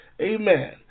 Amen